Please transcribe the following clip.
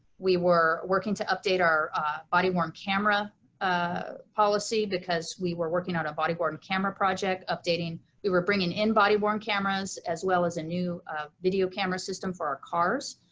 we were working to update our body worn camera ah policy because we were working on a body worn camera project, updating, we were bringing in body worn cameras, as well as a new video camera system for our cars.